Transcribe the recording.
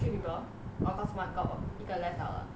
three people orh cause one got 一个 left out ah